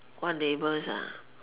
what neighbours